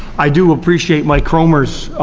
i do appreciate mike kroemer's